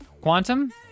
Quantum